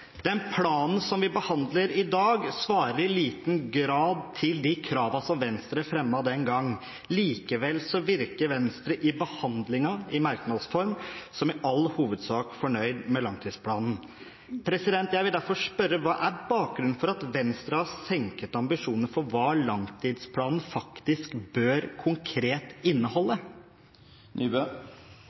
Den planen som vi behandler i dag, svarer i liten grad til de kravene som Venstre fremmet den gangen. Likevel virker Venstre i behandlingen, i merknadsform, i all hovedsak fornøyd med langtidsplanen. Jeg vil derfor spørre: Hva er bakgrunnen for at Venstre har senket ambisjonene for hva langtidsplanen faktisk konkret bør inneholde?